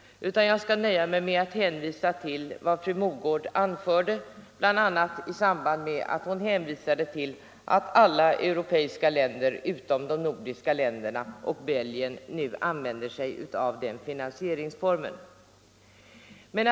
Jag skall i stället nöja mig med att hänvisa till vad fru Mogård anförde. Bl. a. nämnde hon att alla europeiska länder utom de nordiska länderna och Belgien nu använder sig av den finansieringsformen.